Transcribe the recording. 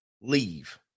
leave